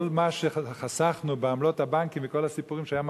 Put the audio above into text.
כל מה שחסכנו בעמלות הבנקים וכל הסיפורים שהיו,